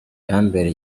yambereye